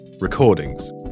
recordings